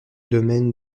domaine